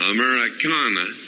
Americana